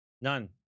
None